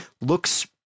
looks